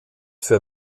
für